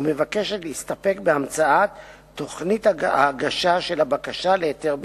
והסתפקות בהמצאת "תוכנית ההגשה של הבקשה להיתר בנייה",